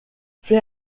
fais